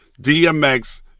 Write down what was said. DMX